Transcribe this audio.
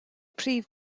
prif